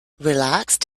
relaxed